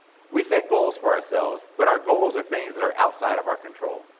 we set goals for ourselves, but our goals are things that are outside of our control.